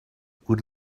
would